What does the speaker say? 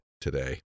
today